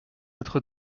être